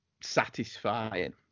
satisfying